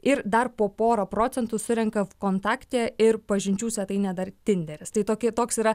ir dar po porą procentų surenka vkontakte ir pažinčių svetainė dar tenderis tai toki toks yra